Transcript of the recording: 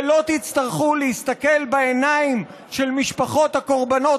ולא תצטרכו להסתכל בעיניים של משפחות הקורבנות